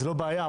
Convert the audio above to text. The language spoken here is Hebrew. זו בעיה,